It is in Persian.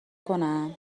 کنم